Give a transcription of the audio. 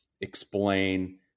explain